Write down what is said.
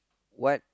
what